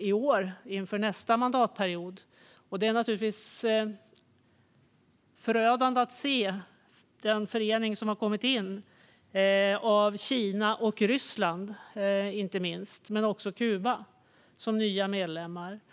i år inför nästa mandatperiod skulle utfalla. Det är förödande att se den förening som valts in med främst Kina och Ryssland men också Kuba som nya medlemmar.